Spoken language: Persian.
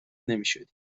نمیشدیم